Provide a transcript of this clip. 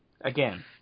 Again